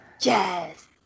Yes